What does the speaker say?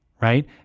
right